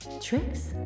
Tricks